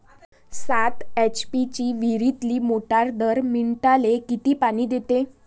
सात एच.पी ची विहिरीतली मोटार दर मिनटाले किती पानी देते?